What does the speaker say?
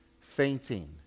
fainting